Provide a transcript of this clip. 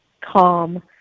calm